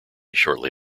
shortly